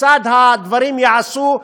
כיצד הדברים ייעשו,